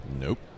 Nope